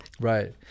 Right